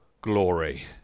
glory